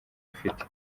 afite